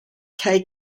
kay